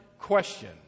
question